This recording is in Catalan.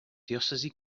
diòcesi